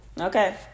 Okay